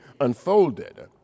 unfolded